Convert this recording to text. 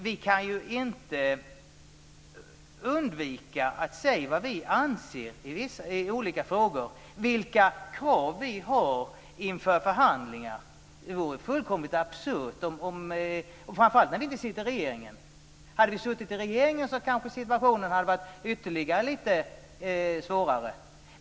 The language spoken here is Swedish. Vi kan ju inte undvika att säga vad vi anser i olika frågor och vilka krav vi har inför förhandlingar. Det vore fullkomligt absurt, framför allt när vi inte sitter i regeringen. Om vi hade suttit i regeringen hade situationen kanske varit ytterligare lite svårare.